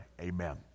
amen